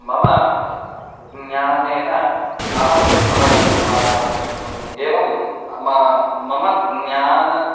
मम ज्ञानेन अहम् अवगतवान् एवं मम ज्ञानं